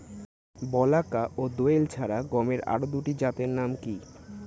বলাকা ও দোয়েল ছাড়া গমের আরো দুটি জাতের নাম কি?